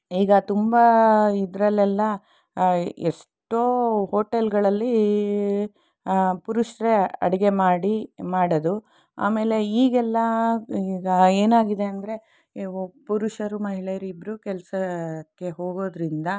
ಈಗ ತುಂಬ ಇದರಲ್ಲೆಲ್ಲ ಎಷ್ಟೋ ಹೋಟೆಲ್ಗಳಲ್ಲಿ ಪುರುಷರೇ ಅಡಿಗೆ ಮಾಡಿ ಮಾಡೋದು ಆಮೇಲೆ ಈಗೆಲ್ಲ ಈಗ ಏನಾಗಿದೆ ಅಂದರೆ ನೀವು ಪುರುಷರು ಮಹಿಳೆಯರು ಇಬ್ಬರೂ ಕೆಲಸಕ್ಕೆ ಹೋಗೋದ್ರಿಂದ